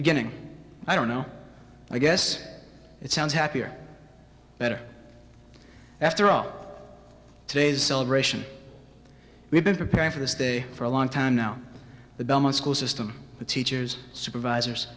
beginning i don't know i guess it sounds happier better after all of today's celebration we've been preparing for this day for a long time now the drama school system for teachers supervisors